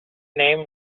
name